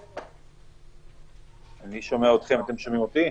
מה אתם אומרים?